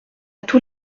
tous